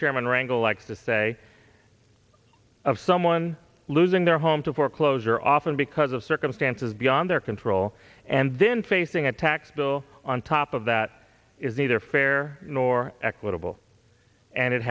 chairman rangle likes to say of someone losing their home to foreclosure often because of circumstances beyond their control and then facing a tax bill on top of that is neither fair nor equitable and it